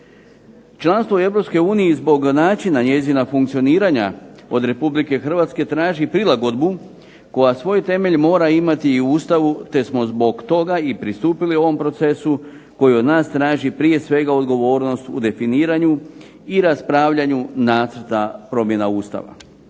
uniji zbog načina njezina funkcioniranja od Republike Hrvatske traži prilagodbu koja svoje temelje mora imati i u Ustavu te smo zbog toga i pristupili ovom procesu, koji od nas traži prije svega odgovornost u definiranju i raspravljanju nacrta promjena Ustava.